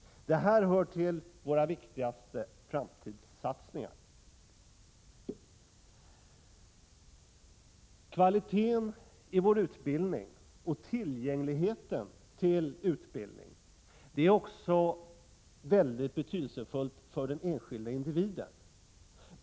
Detta hör till våra viktigaste framtidssatsningar. Kvaliteten i utbildningen och tillgängligheten till utbildning är något mycket betydelsefullt för den enskilde individen.